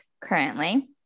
currently